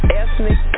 ethnic